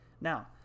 Now